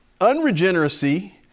unregeneracy